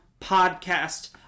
podcast